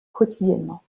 quotidiennement